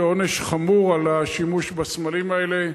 ועונש חמור על השימוש בסמלים האלה.